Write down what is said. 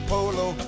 Polo